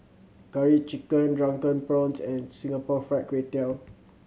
Curry Chicken Drunken Prawns and Singapore Fried Kway Tiao